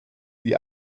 die